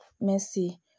mercy